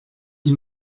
ils